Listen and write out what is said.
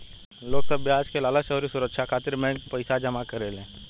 लोग सब ब्याज के लालच अउरी सुरछा खातिर बैंक मे पईसा जमा करेले